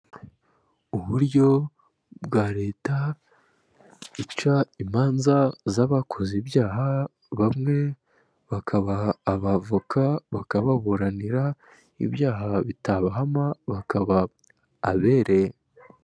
Uburyo bwa leta ica imanza zabakoze ibyaha bamwe bakabaha abavoka bakababuranira ibyaha bitabahama bakaba abere.